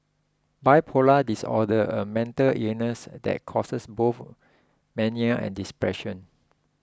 bipolar disorder a mental illness that causes both mania and depression